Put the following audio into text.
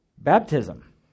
Baptism